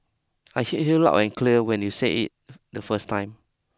I hear heard loud and clear when you said it the first time